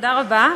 תודה רבה.